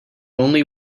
only